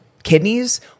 Kidneys